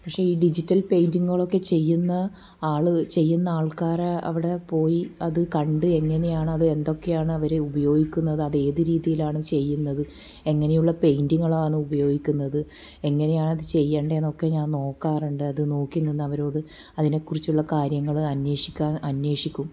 പക്ഷെ ഈ ഡിജിറ്റൽ പെയിൻ്റിങ്ങുകളൊക്കെ ചെയ്യുന്ന ആൾ ചെയ്യുന്ന ആൾക്കാരെ അവിടെ പോയി അത് കണ്ട് എങ്ങനെയാണത് എന്തൊക്കെയാണവർ ഉപയോഗിക്കുന്നത് അത് ഏത് രീതിയിലാണ് ചെയ്യുന്നത് എങ്ങനെയുള്ള പെയിന്റുകളാണ് ഉപയോഗിക്കുന്നത് എങ്ങനെയാണത് ചെയ്യേണ്ടത് എന്നൊക്കെ ഞാൻ നോക്കാറുണ്ട് അത് നോക്കി നിന്നവരോട് അതിനെ കുറിച്ചുള്ള കാര്യങ്ങൾ അന്വേഷിക്കുക അന്വേഷിക്കും